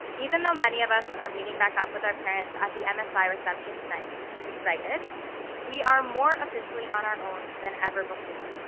even though many of us are meeting back up with our parents at the msi reception tonight who's excited we are more officially on our own than ever before.